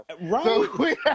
Right